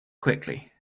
quickly